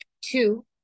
two